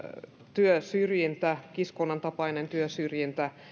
työsyrjintä kiskonnan tapainen työsyrjintä